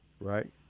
Right